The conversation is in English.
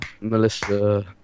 Melissa